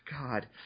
God